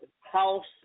House